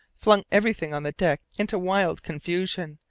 flung everything on the deck into wild confusion,